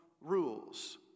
rules